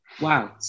Wow